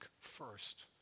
first